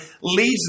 leads